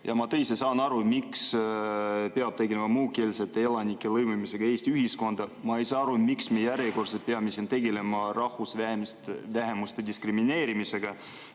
Ma tõesti saan aru, miks peab tegelema muukeelsete elanike lõimimisega Eesti ühiskonda. Aga ma ei saa aru, miks me järjekordselt peame siin tegelema rahvusvähemuste diskrimineerimisega.